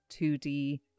2D